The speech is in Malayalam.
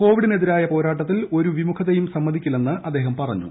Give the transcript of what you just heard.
കോവിഡിനെതിരായ പോരാട്ടത്തിൽ ഒരു വിമുഖതയും സമ്മതിക്കില്ലെന്നും അദ്ദേഹം പറഞ്ഞു